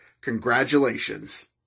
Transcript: Congratulations